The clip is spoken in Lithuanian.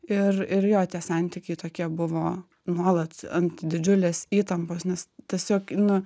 ir ir jo tie santykiai tokie buvo nuolat ant didžiulės įtampos nes tiesiog nu